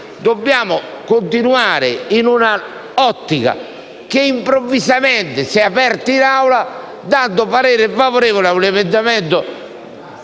dobbiamo continuare in un'ottica che improvvisamente si è palesata in Aula, esprimendo parere favorevole ad un emendamento